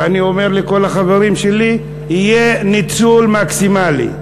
ואני אומר לכל החברים שלי: יהיה ניצול מקסימלי.